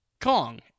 Kong